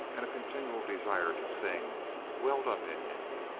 and a continual desire to sing welled up in him.